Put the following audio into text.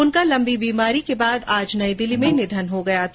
उनका लम्बी बीमारी के बाद आज नई दिल्ली में निधन हो गया था